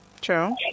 True